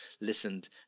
listened